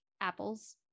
apples